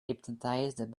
hypnotized